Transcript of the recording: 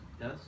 yes